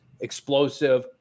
explosive